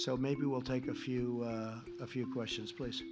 so maybe we'll take a few a few questions pl